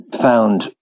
found